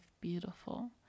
beautiful